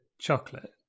chocolate